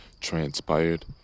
transpired